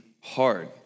hard